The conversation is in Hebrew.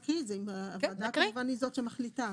הוועדה כמובן היא זו שמחליטה.